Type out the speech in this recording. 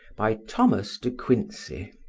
by thomas de quincey